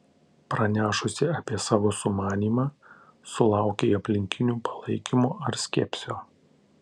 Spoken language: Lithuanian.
pranešusi apie savo sumanymą sulaukei aplinkinių palaikymo ar skepsio